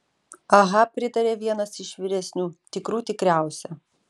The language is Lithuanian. aha pritarė vienas iš vyresnių tikrų tikriausia